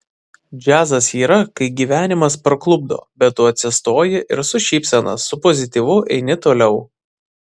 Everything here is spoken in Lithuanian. džiazas yra kai gyvenimas parklupdo bet tu atsistoji ir su šypsena su pozityvu eini toliau